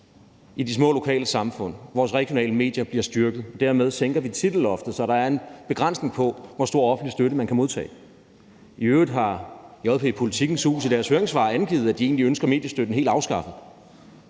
i de små lokale samfund, vores regionale medier, bliver styrket. Dermed sænker vi titelloftet, så der er en begrænsning på, hvor stor offentlig støtte man kan modtage. I øvrigt har JP/Politikens Hus i deres høringssvar angivet, at de egentlig ønsker mediestøtten helt afskaffet,